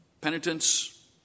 penitence